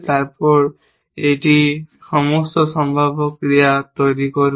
তারপর এটি সমস্ত সম্ভাব্য ক্রিয়া তৈরি করবে